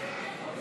נגד אריה